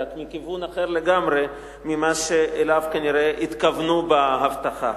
רק מכיוון אחר לגמרי ממה שאליו כנראה התכוונו בהבטחה.